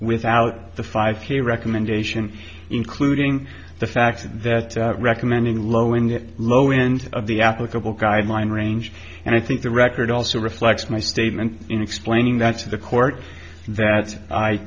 without the five k recommendation including the fact that recommending low in the low in of the applicable guideline range and i think the record also reflects my statement in explaining that to the court that i